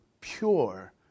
pure